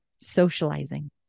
socializing